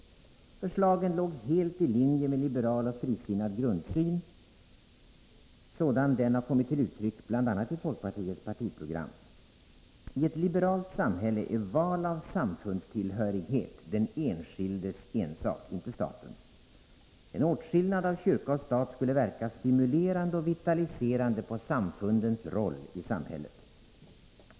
Förslagen låg helt i linje med liberal och frisinnad grundsyn, sådan denna kommit till uttryck bl.a. i folkpartiets partiprogram. I ett liberalt samhälle är val av samfundstillhörighet den enskildes ensak, inte statens. En åtskillnad av kyrka och stat skulle verka stimulerande och vitaliserande på samfundens roll i samhället.